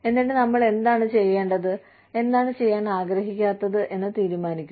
എന്നിട്ട് നമ്മൾ എന്താണ് ചെയ്യേണ്ടത് എന്താണ് ചെയ്യാൻ ആഗ്രഹിക്കാത്തത് എന്ന് തീരുമാനിക്കുക